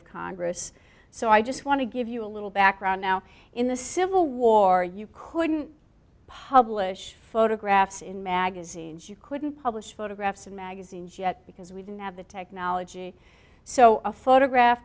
of congress so i just want to give you a little background now in the civil war you couldn't publish photographs in magazines you couldn't publish photographs in magazines yet because we didn't have the technology so a photograph